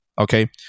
Okay